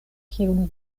kiun